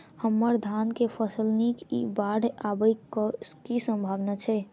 हम्मर धान केँ फसल नीक इ बाढ़ आबै कऽ की सम्भावना छै?